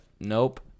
nope